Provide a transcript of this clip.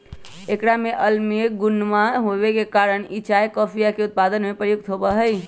एकरा में अम्लीय गुणवा होवे के कारण ई चाय कॉफीया के उत्पादन में प्रयुक्त होवा हई